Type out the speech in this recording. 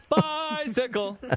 bicycle